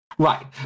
Right